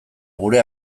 gure